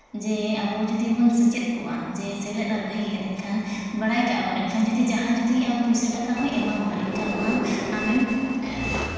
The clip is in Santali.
ᱡᱮ ᱟᱵᱚ ᱡᱩᱫᱤ ᱵᱚᱱ ᱥᱮᱪᱮᱫ ᱠᱚᱜᱼᱟ ᱡᱮ ᱥᱮᱞᱮᱫ ᱟᱨ ᱵᱷᱮᱜᱮᱫ ᱮᱱᱠᱷᱟᱱ ᱵᱟᱲᱟᱭ ᱠᱟᱜᱼᱟ ᱵᱚᱱ ᱮᱱᱠᱷᱟᱱ ᱡᱩᱫᱤ ᱡᱟᱦᱟᱸᱭ ᱡᱩᱫᱤ ᱟᱢ ᱯᱩᱭᱥᱟᱹ ᱴᱟᱠᱟ ᱦᱚᱸᱭ ᱮᱢᱟᱢᱟᱭ ᱮᱱᱠᱷᱟᱱ ᱚᱱᱟ ᱟᱢᱮᱢ